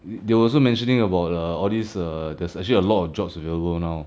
they were also mentioning about err all these err there's actually a lot of jobs available now